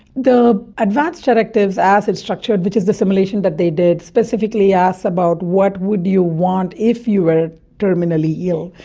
the advance directives as it is structured, which is the simulation that they did, specifically asks about what would you want if you were terminally ill.